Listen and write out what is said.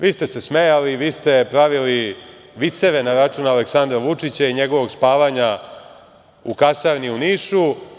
Vi ste se smejali, vi ste pravili viceve na račun Aleksandra Vučića i njegovog spavanja u kasarni u Nišu.